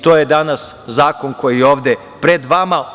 To je danas zakon koji ovde pred vama.